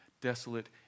desolate